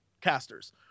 casters